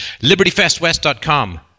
LibertyFestWest.com